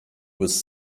was